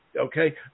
okay